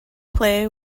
play